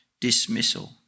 dismissal